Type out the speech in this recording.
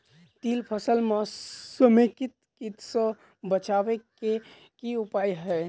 तिल फसल म समेकित कीट सँ बचाबै केँ की उपाय हय?